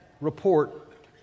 report